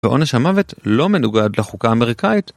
ועונש המוות לא מנוגד לחוקה האמריקאית.